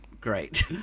great